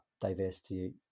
diversity